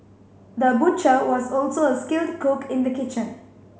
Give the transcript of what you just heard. the butcher was also a skilled cook in the kitchen